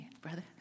brother